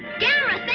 gamera's